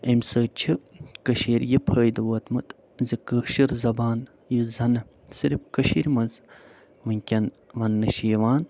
امہِ سۭتۍ چھِکٔشیٖرِ یہِ فٲیدٕ ووٚتمُت زِ کٲشٕرزبان یُس زنہٕ صِفر کٔشیٖرِ وٕنکٮ۪ن ونٛنہٕ چھِ یِوان